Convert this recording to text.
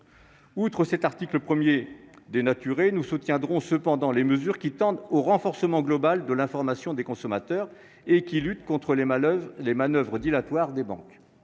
à cet article 1 totalement dénaturé, nous soutiendrons cependant les mesures qui tendent à renforcer globalement l'information des consommateurs et à lutter contre les manoeuvres dilatoires des banques.